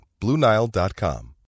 BlueNile.com